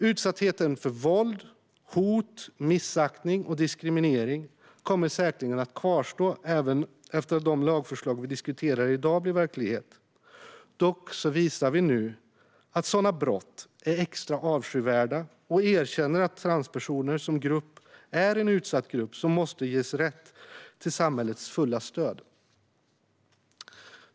Utsattheten för våld, hot, missaktning och diskriminering kommer säkerligen att kvarstå även efter att de lagförslag som vi diskuterar i dag blir verklighet. Dock visar vi nu att sådana brott är extra avskyvärda och erkänner att transpersoner är en utsatt grupp som måste ges rätt till samhällets fulla stöd.